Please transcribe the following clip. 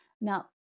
Now